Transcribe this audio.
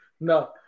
No